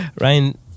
Ryan